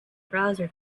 browser